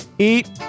Eat